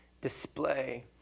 display